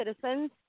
citizens